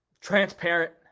transparent